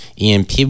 EMP